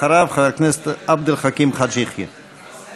אחריו, חבר הכנסת עבד אל חכים חאג' יחיא.